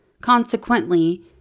Consequently